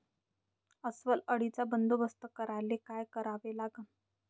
अस्वल अळीचा बंदोबस्त करायले काय करावे लागन?